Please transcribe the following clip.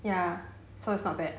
ya so it's not bad